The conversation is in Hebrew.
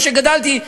איפה שגדלתי,